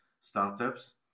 startups